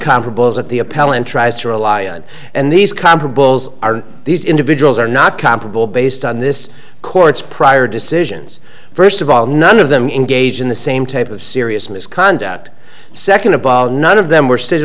comparables at the appellant tries to rely on and these comparables are these individuals are not comparable based on this court's prior decisions first of all none of them in gauging the same type of serious misconduct second to none of them were s